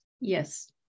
Yes